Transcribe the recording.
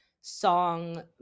song